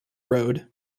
road